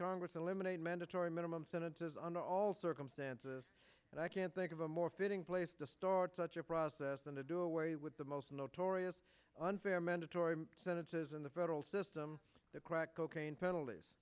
congress eliminated mandatory minimum sentences on all circumstances and i can't think of a more fitting place to start such a process than to do away with the most notorious unfair mandatory sentences in the federal system the crack cocaine penalties